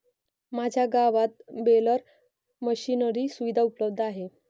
माझ्या गावात baler machinery सुविधा उपलब्ध आहे